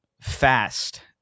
fast